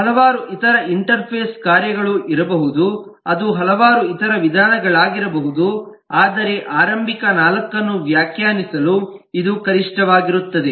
ಹಲವಾರು ಇತರ ಇಂಟರ್ಫೇಸ್ ಕಾರ್ಯಗಳು ಇರಬಹುದು ಅದು ಹಲವಾರು ಇತರ ವಿಧಾನಗಳಾಗಿರಬಹುದು ಆದರೆ ಆರಂಭಿಕ ನಾಲ್ಕನ್ನು ವ್ಯಾಖ್ಯಾನಿಸಲು ಇದು ಕನಿಷ್ಠವಾಗಿರುತ್ತದೆ